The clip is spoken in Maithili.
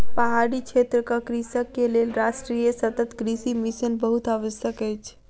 पहाड़ी क्षेत्रक कृषक के लेल राष्ट्रीय सतत कृषि मिशन बहुत आवश्यक अछि